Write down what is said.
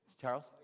Charles